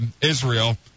Israel